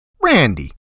Randy